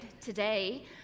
today